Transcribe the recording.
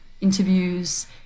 interviews